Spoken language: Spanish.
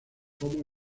como